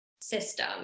system